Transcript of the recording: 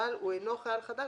אבל הוא אינו חייל חדש,